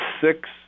six